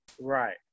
Right